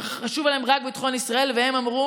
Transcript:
חשוב להם רק ביטחון ישראל, אמרו